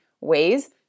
ways